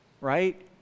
right